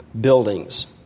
buildings